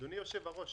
אדוני היושב-ראש,